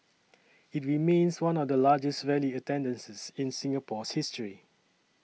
it remains one of the largest rally attendances in Singapore's history